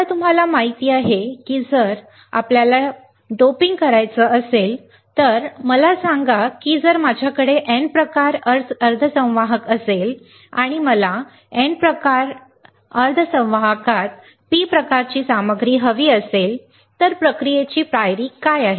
आता तुम्हाला माहिती आहे की जर मला डोप करायचा असेल तर मला सांगा की जर माझ्याकडे N प्रकार अर्धसंवाहक असेल आणि मला N प्रकार अर्धसंवाहकात P प्रकारची सामग्री हवी असेल तर प्रक्रियेची पायरी काय आहे